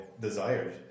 desired